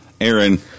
Aaron